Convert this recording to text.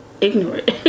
ignorant